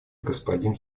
господин